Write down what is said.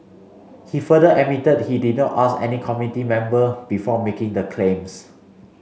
he further admitted he did not ask any committee member before making the claims